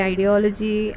Ideology